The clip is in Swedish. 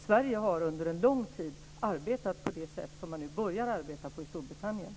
Sverige har under lång tid arbetat på det sätt som man nu i Storbritannien börjar arbeta på.